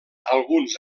alguns